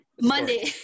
Monday